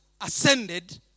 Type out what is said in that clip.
ascended